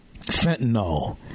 Fentanyl